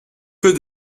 que